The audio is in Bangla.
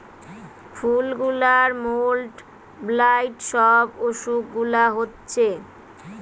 ফুল গুলার মোল্ড, ব্লাইট সব অসুখ গুলা হচ্ছে